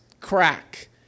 crack